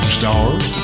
stars